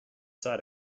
side